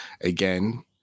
again